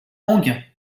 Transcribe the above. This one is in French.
enghien